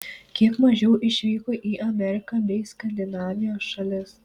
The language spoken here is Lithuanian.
kiek mažiau išvyko į ameriką bei skandinavijos šalis